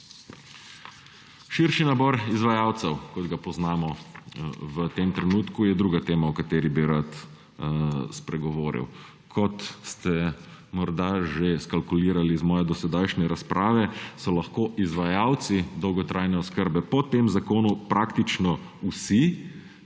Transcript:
Širši nabor izvajalcev, kot ga poznamo v tem trenutku, je druga tema, o kateri bi rad spregovoril. Kot ste morda že skalkulirali iz moje dosedanje razprave, so lahko izvajalci dolgotrajne oskrbe po tem zakonu praktično vsi,